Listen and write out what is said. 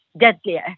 deadlier